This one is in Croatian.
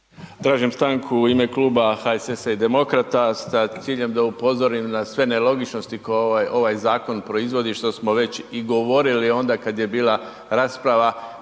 Tražim stanku u ime kluba HSS-a i demokrata sa ciljem da upozorim na sve nelogičnosti koje ovaj zakon proizvodi, što smo već i govorili onda kad je bila rasprava